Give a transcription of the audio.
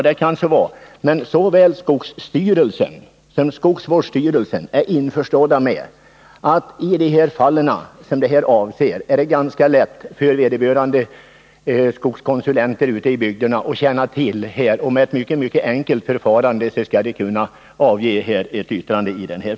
Det kan så vara, men såväl skogsstyrelsen som skogsvårdsstyrelsen är införstådda med att det i de fall som här avses är ganska lätt för vederbörande skogskonsulenter ute i bygderna, som känner till förhållandena, att avge yttranden i frågan. De bör genom ett mycket enkelt förfarande kunna intyga om skogskontot härleder sig från insektsskador i skog.